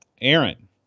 Aaron